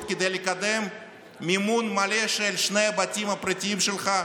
כדי לקדם מימון מלא של שני הבתים הפרטיים שלך,